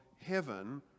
heaven